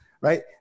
right